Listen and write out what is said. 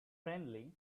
friendly